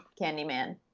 Candyman